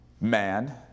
Man